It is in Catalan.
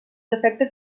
efectes